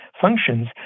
functions